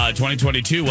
2022